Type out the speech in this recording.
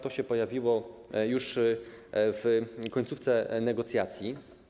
To się pojawiło już w końcówce negocjacji.